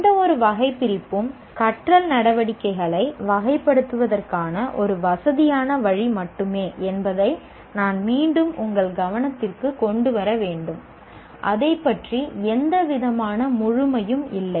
எந்தவொரு வகைபிரிப்பும் கற்றல் நடவடிக்கைகளை வகைப்படுத்துவதற்கான ஒரு வசதியான வழி மட்டுமே என்பதை நான் மீண்டும் உங்கள் கவனத்திற்குக் கொண்டுவர வேண்டும் அதைப் பற்றி எந்தவிதமான முழுமையும் இல்லை